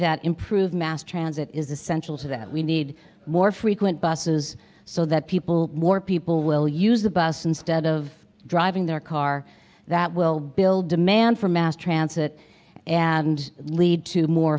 that improve mass transit is essential so that we need more frequent buses so that people more people will use the bus instead of driving their car that will build demand for mass transit and lead to more